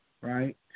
Right